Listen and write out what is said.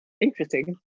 Interesting